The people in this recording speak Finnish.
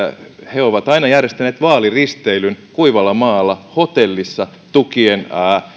he ovat aina järjestäneet vaaliristeilyn kuivalla maalla hotellissa tukien